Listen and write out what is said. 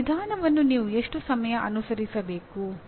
ಈ ವಿಧಾನವನ್ನು ನೀವು ಎಷ್ಟು ಸಮಯ ಅನುಸರಿಸಬೇಕು